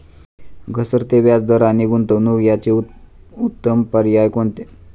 घसरते व्याजदर आणि गुंतवणूक याचे उत्तम पर्याय कोणते?